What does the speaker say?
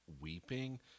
weeping